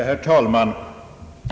Herr talman!